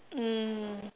mm